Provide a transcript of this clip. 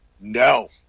no